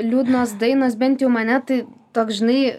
liūdnos dainos bent jau mane tai toks žinai